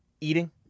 eating